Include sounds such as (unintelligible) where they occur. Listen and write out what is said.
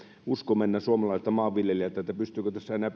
usko mennä suomalaiselta maanviljelijältä että pystyykö tässä enää (unintelligible)